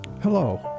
Hello